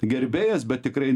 gerbėjas bet tikrai